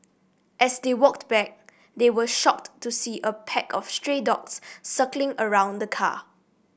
as they walked back they were shocked to see a pack of stray dogs circling around the car